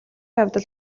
явдал